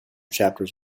chapters